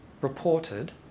reported